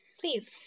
please